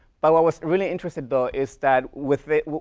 but what was really interesting though, is that with it,